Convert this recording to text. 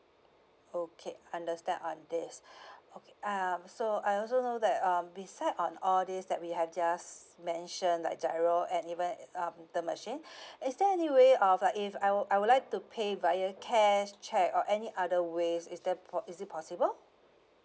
okay understand on this okay um so I also know that um beside on all these that we have just mention like giro and even um the machine is there any way of like if I I would like to pay via cash cheque or any other ways is there po~ is it possible